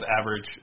average